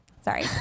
sorry